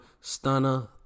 Stunner